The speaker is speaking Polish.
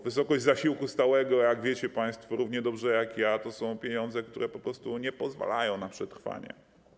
Wysokość zasiłku stałego, jak wiecie państwo tak samo dobrze jak ja, to są pieniądze, które po prostu nie pozwalają na przetrwanie.